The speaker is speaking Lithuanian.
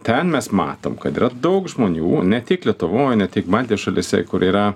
ten mes matom kad yra daug žmonių ne tik lietuvoj ne tik baltijos šalyse kur yra